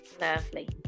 Lovely